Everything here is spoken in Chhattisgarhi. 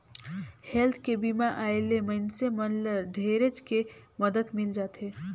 हेल्थ के बीमा आय ले मइनसे मन ल ढेरेच के मदद मिल जाथे